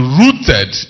rooted